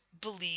believe